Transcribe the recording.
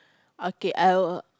okay I will